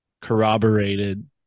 corroborated